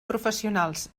professionals